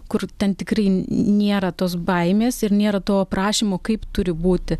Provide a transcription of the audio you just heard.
kur ten tikrai nėra tos baimės ir nėra to aprašymo kaip turi būti